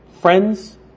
friends